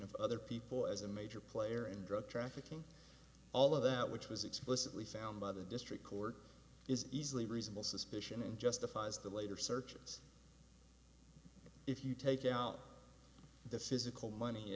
of other people as a major player in drug trafficking all of that which was explicitly sound by the district court is easily reasonable suspicion and justifies the later searches if you take out the physical money